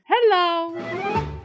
Hello